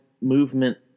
movement